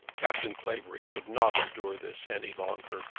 captain clavering could not endure this any longer.